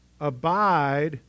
Abide